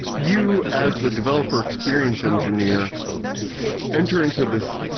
you as the developer experience engineer enter into this,